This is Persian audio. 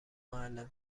معلم